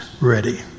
ready